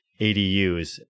ADUs